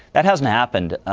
that hasn't happened.